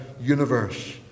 universe